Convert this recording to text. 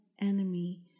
enemy